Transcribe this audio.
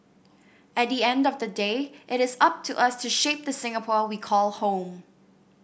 at the end of the day it is up to us to shape the Singapore we call home